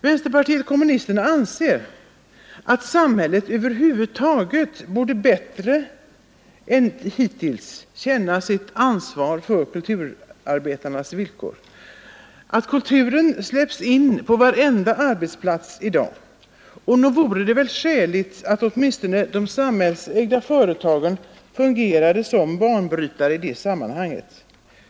Vänsterpartiet kommunisterna anser att samhället över huvud taget borde bättre än hittills känna sitt ansvar för kulturarbetarnas villkor; för att kulturen släpps in på varenda arbetsplats i dag. Nog vore det skäligt att åtminstone de samhällsägda företagen fungerade som banbrytare i det sammanhanget.